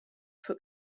for